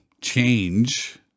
change